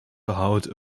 behoud